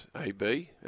AB